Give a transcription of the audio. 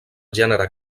gènere